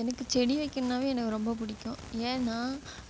எனக்கு செடி வைக்கணுனாவே எனக்கு ரொம்ப பிடிக்கும் ஏன்னா